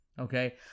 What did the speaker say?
okay